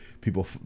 people